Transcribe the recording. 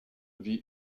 the